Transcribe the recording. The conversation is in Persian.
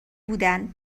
بودن